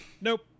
nope